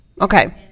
okay